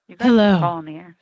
Hello